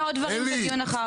נעשה עוד דברים בדיון אחר כך.